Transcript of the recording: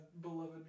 beloved